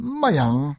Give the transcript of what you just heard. mayang